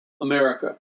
America